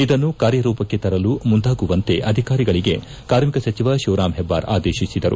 ಇದನ್ನು ಕಾರ್ಯರೂಪಕ್ಕೆ ತರಲು ಮುಂದಾಗುವಂತೆ ಅಧಿಕಾರಿಗಳಿಗೆ ಕಾರ್ಮಿಕ ಸಚಿವ ಶಿವರಾಂ ಹೆಬ್ದಾರ್ ಆದೇಶಿಸಿದರು